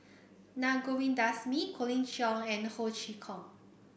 Na Govindasamy Colin Cheong and Ho Chee Kong